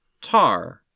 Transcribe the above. Tar